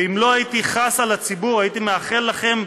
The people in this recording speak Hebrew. ואם לא הייתי חס על הציבור הייתי מאחל לכם,